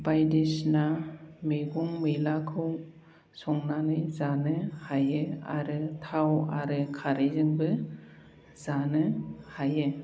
बायदिसिना मैगं मैलाखौ संनानै जानो हायो आरो थाव आरो खारैजोंबो जानो हायो